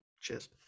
Cheers